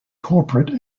corporate